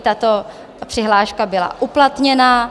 tato přihláška byla uplatněna.